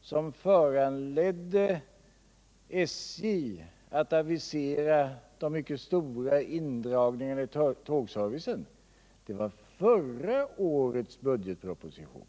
som föranledde SJ att avisera de mycket stora indragningarna i tågservicen, inte var detta års budgetproposition.